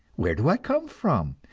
where do i come from,